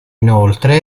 inoltre